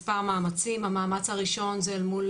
באות לתחנת משטרה ומתלוננות על אלימות